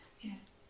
Yes